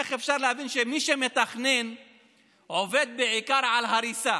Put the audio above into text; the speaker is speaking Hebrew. איך אפשר להבין שמי שמתכנן עובד בעיקר על הריסה?